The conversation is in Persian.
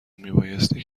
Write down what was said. میبایستی